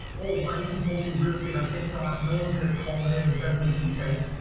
oh, why is he posting real estate on tiktok? no one's going to call him, it doesn't make any sense.